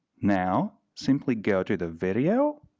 now simply go to the video,